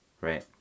right